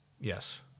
yes